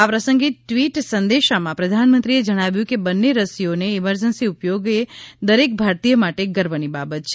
આ પ્રસંગે ટવીટ સંદેશામાં પ્રધાનમંત્રીએ જણાવ્યુંછે કે બંને રસીઓનો ઇમરજન્સી ઉપયોગ એ દરેક ભારતીય માટે ગર્વની બાબત છે